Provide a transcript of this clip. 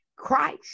Christ